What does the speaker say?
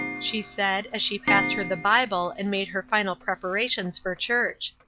she said, as she passed her the bible and made her final preparations for church.